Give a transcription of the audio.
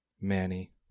Manny